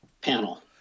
panel